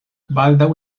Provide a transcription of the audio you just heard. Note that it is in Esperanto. baldaŭ